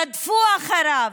רדפו אחריו.